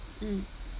mm